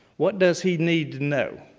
what does he need to know?